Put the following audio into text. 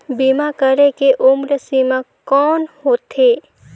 बीमा करे के उम्र सीमा कौन होथे?